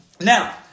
Now